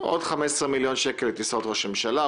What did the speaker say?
עוד 15 מיליון שקל לטיסות ראש הממשלה,